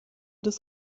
des